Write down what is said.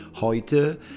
Heute